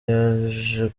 yaje